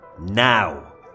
now